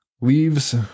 leaves